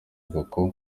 kuko